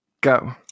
go